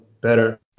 better